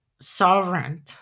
sovereign